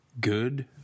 good